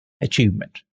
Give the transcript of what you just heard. Achievement